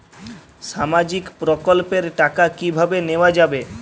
সামাজিক প্রকল্পের টাকা কিভাবে নেওয়া যাবে?